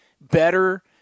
better